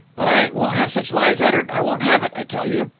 but i won't have such lies uttered, i won't have it, i tell you.